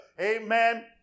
amen